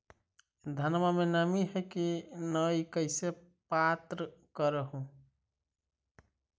धनमा मे नमी है की न ई कैसे पात्र कर हू?